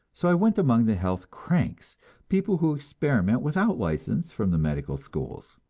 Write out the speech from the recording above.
so i went among the health cranks people who experiment without license from the medical schools.